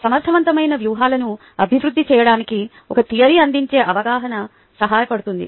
సమర్థవంతమైన వ్యూహాలను అభివృద్ధి చేయడానికి ఒక థియరీ అందించే అవగాహన సహాయపడుతుంది